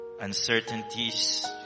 Uncertainties